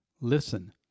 Listen